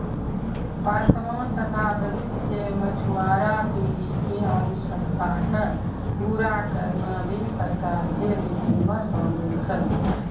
वर्तमान तथा भविष्य के मछुआरा पीढ़ी के आवश्यकता क पूरा करना भी सरकार के नीति मॅ शामिल छै